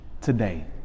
today